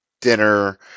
dinner